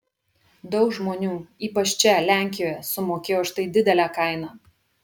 daug žmonių ypač čia lenkijoje sumokėjo už tai didelę kainą